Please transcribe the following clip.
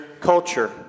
culture